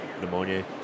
pneumonia